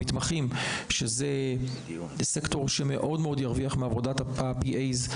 שזה סקטור שמאוד ירוויח מעבודת ה-PAs,